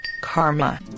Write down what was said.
karma